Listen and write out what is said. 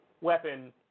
weapon